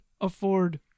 afford